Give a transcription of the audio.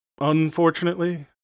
unfortunately